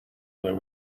when